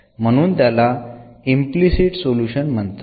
म्हणून त्याला implicit solution म्हणतात